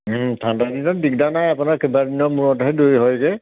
ঠাণ্ডা দিনত দিগদাৰ নাই আপোনাৰ কেইবাদিনৰ মূৰতহে দৈ হয় যে